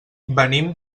venim